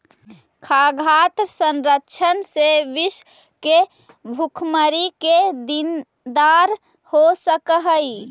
खाद्यान्न संरक्षण से विश्व के भुखमरी के निदान हो सकऽ हइ